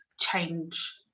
change